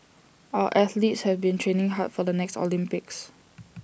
our athletes have been training hard for the next Olympics